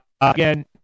again